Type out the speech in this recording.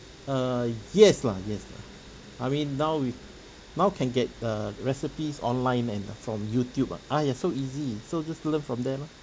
err yes lah yes lah I mean now we now can get err recipes online and uh from youtube ah !aiya! so easy so just learn from there lor